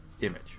image